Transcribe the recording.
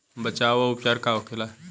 बचाव व उपचार का होखेला?